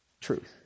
truth